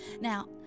Now